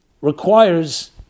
requires